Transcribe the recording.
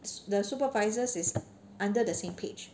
the supervisors is under the same page